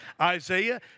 Isaiah